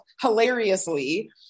hilariously